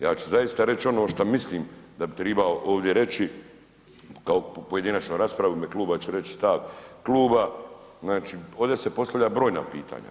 Ja ću zaista reći ono šta mislim da bi tribao ovdje reći kao u pojedinačnoj raspravi u ime kluba, ja ću reći stav kluba, znači ovdje se postavlja brojna pitanja.